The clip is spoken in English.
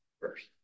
first